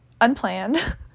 unplanned